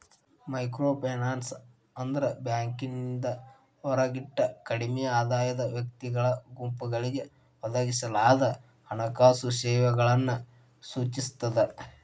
microfinance ಅಂದ್ರ ಬ್ಯಾಂಕಿಂದ ಹೊರಗಿಟ್ಟ ಕಡ್ಮಿ ಆದಾಯದ ವ್ಯಕ್ತಿಗಳ ಗುಂಪುಗಳಿಗೆ ಒದಗಿಸಲಾದ ಹಣಕಾಸು ಸೇವೆಗಳನ್ನ ಸೂಚಿಸ್ತದ